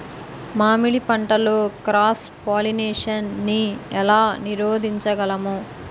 మామిడి పంటలో cross pollination నీ ఏల నీరోధించగలము?